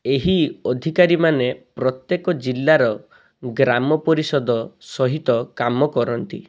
ଏହି ଅଧିକାରୀମାନେ ପ୍ରତ୍ୟେକ ଜିଲ୍ଲାର ଗ୍ରାମ ପରିଷଦ ସହିତ କାମ କରନ୍ତି